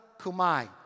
Kumai